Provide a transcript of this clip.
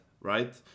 right